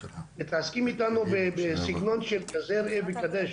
מתעסקים איתנו בסגנון כזה ראה וקדש.